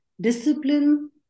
discipline